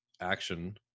action